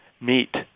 meet